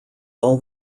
all